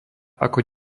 ako